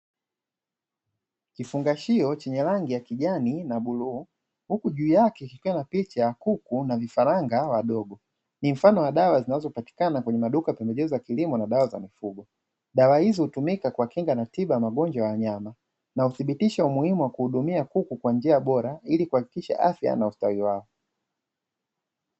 Kifungashio chenye rangi ya kijani na bluu huku juu yake kukiwa na picha ya kuku na vifaranga wadogo; ni mfano wa dawa zipatikanazo kwenye maduka ya pembejeo za kilimo na mifugo. Dawa hizi hutumika kuwakinga na tiba ya magonjwa na wanyama na huthibitisha umuhimu wa kuhudumia kuku kwa njia bora ili kuhakikisha afya na ustawi wao.